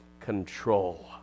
Control